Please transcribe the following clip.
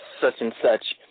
such-and-such